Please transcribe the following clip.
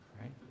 right